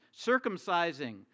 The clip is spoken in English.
circumcising